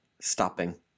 stopping